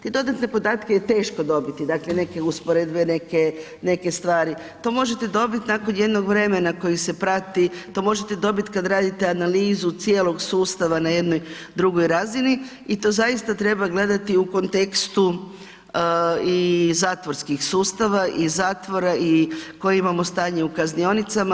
Te dodatne podatke je teško dobiti, dakle neke usporedbe, neke stvari, to možete dobiti nakon jednog vremena koji se prati, to možete dobiti kad radite analizu cijelog sustava na jednoj drugoj razini i to zaista treba gledati u kontekstu i zatvorskih sustava i zatvora i koje imamo stanje u kaznionicama.